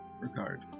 regard